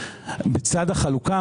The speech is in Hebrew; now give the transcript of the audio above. ובצד החלוקה,